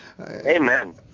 amen